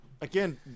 Again